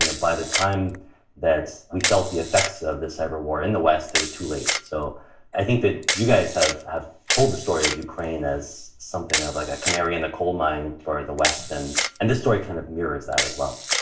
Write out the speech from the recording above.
ah by the time that we felt the effects of this cyber war in the west, it was too late. so i think that you guys have have told the story of ukraine as something of like a canary in the coal mine for the west, and and this story kind of mirrors that as well.